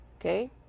okay